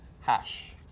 hash